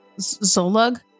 Zolug